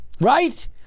Right